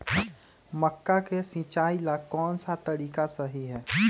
मक्का के सिचाई ला कौन सा तरीका सही है?